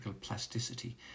plasticity